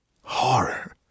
Horror